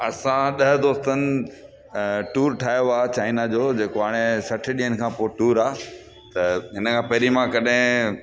असां ॾह दोस्तनि टूर ठाहियो आहे चाइना जो जेको हाणे सठ ॾींहनि खां पोइ टूर आहे त हिन खां पहिरीं मां कॾहिं